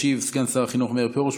ישיב סגן שר החינוך מאיר פרוש,